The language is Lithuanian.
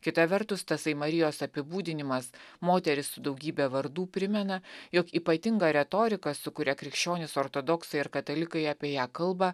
kita vertus tasai marijos apibūdinimas moteris su daugybe vardų primena jog ypatinga retorika su kuria krikščionys ortodoksai ir katalikai apie ją kalba